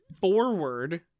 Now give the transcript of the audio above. forward